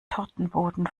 tortenboden